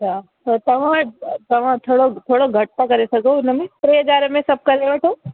अच्छा तव्हां तव्हां थोरो थोरो घटि था करे सघो उनमें टे हज़ार में सभु करे वठो